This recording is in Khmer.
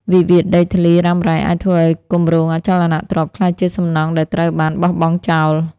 វិវាទដីធ្លីរ៉ាំរ៉ៃអាចធ្វើឱ្យគម្រោងអចលនទ្រព្យ ក្លាយជាសំណង់ដែលត្រូវបានបោះបង់ចោល។